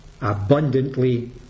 abundantly